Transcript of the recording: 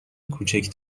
کوچک